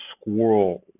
squirrel